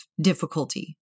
difficulty